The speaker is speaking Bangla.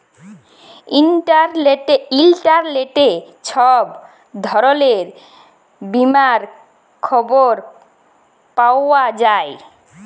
ইলটারলেটে ছব ধরলের বীমার খবর পাউয়া যায়